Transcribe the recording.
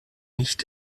nicht